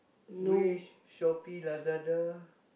Wish Shoppee Lazada